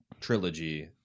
trilogy